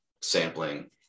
sampling